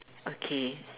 okay